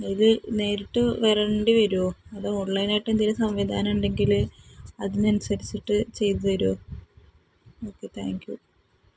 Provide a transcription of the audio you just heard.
ഇത് നേരിട്ട് വരേണ്ടി വരുമോ അത് ഓൺലൈൻ ആയിട്ട് എന്തേലും സംവിധാനം ഉണ്ടെങ്കിൽ അതിനനുസരിച്ചിട്ട് ചെയ്ത് തരുമോ ഓക്കെ താങ്ക് യൂ